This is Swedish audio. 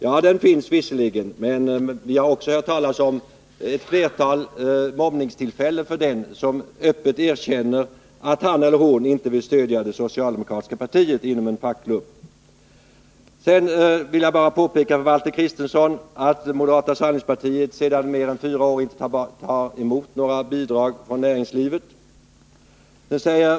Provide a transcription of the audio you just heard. Ja, den finns visserligen, men vi har hört talas om ett flertal fall av mobbning när det gäller sådana som öppet erkänt att han eller hon inte vill stödja det socialdemokratiska partiet inom en fackklubb. Jag vill bara påpeka för Valter Kristenson att moderata samlingspartiet sedan mer än fyra år tillbaka inte tar emot några bidrag från näringslivet.